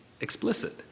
explicit